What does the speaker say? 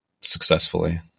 successfully